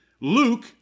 Luke